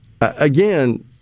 Again